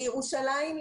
לירושלים,